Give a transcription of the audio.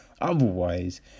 otherwise